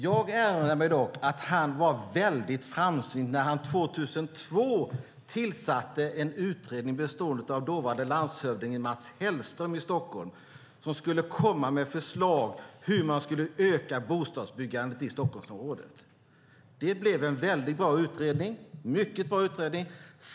Jag erinrar mig dock att han var väldigt framsynt när han 2002 tillsatte en utredning bestående av dåvarande landshövdingen i Stockholm, Mats Hellström, som skulle komma med förslag på hur man skulle öka bostadsbyggandet i Stockholmsområdet. Det blev en mycket bra utredning.